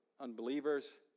unbelievers